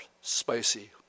spicy